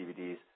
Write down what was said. DVDs